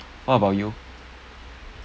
what about you